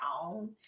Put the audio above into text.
own